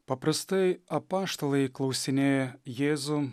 paprastai apaštalai klausinėja jėzų